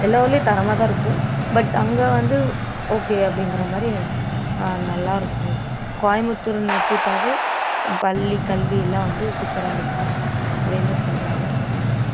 எல்லா ஊர்லேயும் தரமாகதான் இருக்கும் பட் அங்கே வந்து ஓகே அப்படிங்கிற மாதிரி நல்லாயிருக்கும் கோயபுத்தூர்னு எடுத்துக்கிட்டாவே பள்ளி கல்வி எல்லாம் வந்து சூப்பராக இருக்கும் அப்படின்னு சொல்கிறாங்க நன்றி